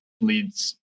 leads